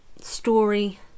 story